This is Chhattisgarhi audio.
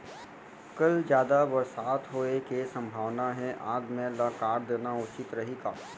कल जादा बरसात होये के सम्भावना हे, आज मेड़ ल काट देना उचित रही का?